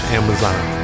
amazon